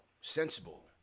sensible